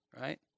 right